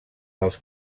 dels